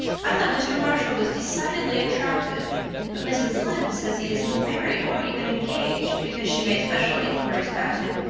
i thought mr. marshall was decidedly attractive but mrs. lynde says he isn't married, or even engaged, because she made special inquiries about him,